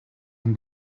хүн